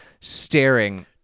staring